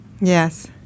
Yes